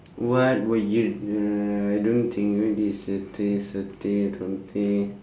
what were you uh I don't think really